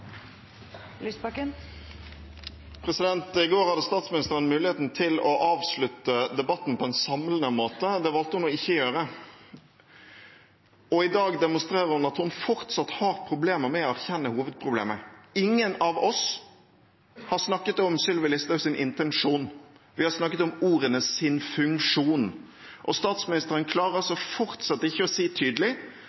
Lysbakken – til oppfølgingsspørsmål. I går hadde statsministeren muligheten til å avslutte debatten på en samlende måte. Det valgte hun å ikke gjøre. Og i dag demonstrerer hun at hun fortsatt har problemer med å erkjenne hovedproblemet. Ingen av oss har snakket om Sylvi Listhaugs intensjon, vi har snakket om ordenes funksjon. Statsministeren klarer